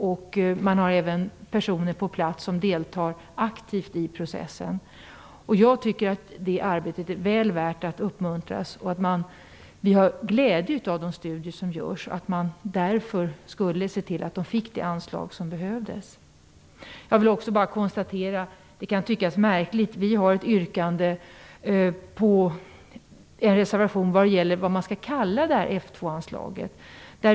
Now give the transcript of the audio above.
De har även personer på plats som deltar aktivt i processen. Jag tycker att det arbetet är väl värt att uppmuntra. Vi har glädje av de studier som görs. Därför borde vi se till att de får det anslag som behövs. Det kan tyckas märkligt att vi har en reservation om vad man skall kalla F 2-anslaget.